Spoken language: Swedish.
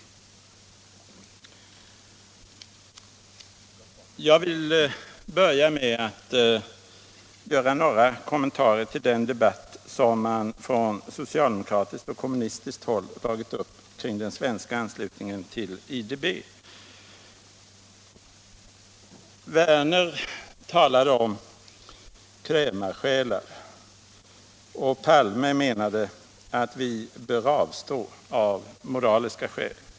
Därefter vill jag först göra några kommentarer till den debatt som man från socialdemokratiskt och kommunistiskt håll har dragit upp kring den svenska anslutningen till IDB — den interamerikanska utvecklingsbanken. Herr Werner talade om krämarsjälar, och herr Palme menade att Sverige bör avstå av moraliska skäl.